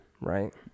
right